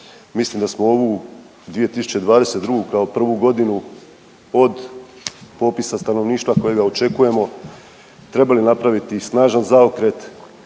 Mislim da smo ovu 2022. kao prvu godinu od popisa stanovništva kojega očekujemo trebali napraviti snažan zaokret,